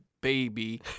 baby